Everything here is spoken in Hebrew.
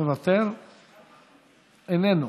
איננו.